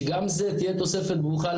שגם זה תהיה תוספת ברוכה.